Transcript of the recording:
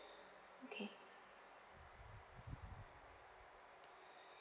okay